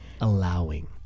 allowing